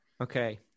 Okay